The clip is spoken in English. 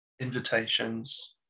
invitations